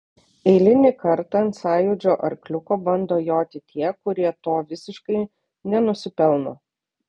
eilinį kartą ant sąjūdžio arkliuko bando joti tie kurie to visiškai nenusipelno